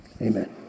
Amen